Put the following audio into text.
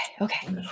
okay